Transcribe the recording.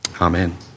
Amen